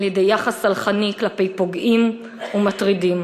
על-ידי יחס סלחני כלפי פוגעים ומטרידים,